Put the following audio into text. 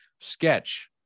sketch